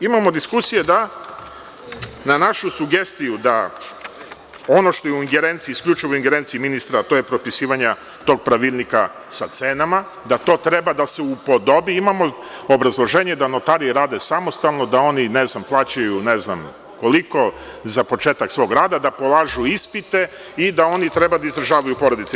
Imamo diskusije da na našu sugestiju da ono što je u isključivoj ingerenciji ministra, a to je propisivanje tog pravilnika sa cenama, da to treba da se u podobi, imamo obrazloženje da notari rade samostalno, da oni plaćaju ne znam koliko za početak svog rada, da polažu ispite i da oni treba da izdržavaju porodice.